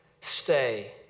stay